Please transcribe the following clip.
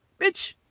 Bitch